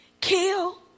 kill